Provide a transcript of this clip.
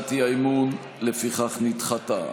הצעת האי-אמון, לפיכך, נדחתה.